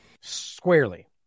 squarely